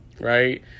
Right